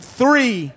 three